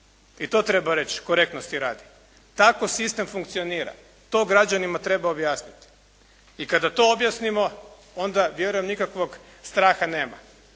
i to treba reći korektnosti radi. Tako sistem funkcionira. To građanima treba objasniti. I kada to objasnimo onda vjerujem nikakvog straha nema.